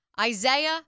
isaiah